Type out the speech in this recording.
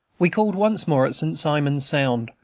we called once more at st. simon's sound,